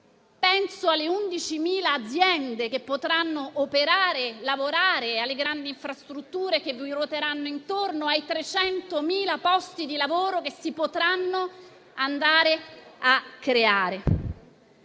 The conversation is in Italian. Penso alle 11.000 aziende che potranno operare e lavorare, alle grandi infrastrutture che vi ruoteranno intorno, ai 300.000 posti di lavoro che si potranno andare a creare.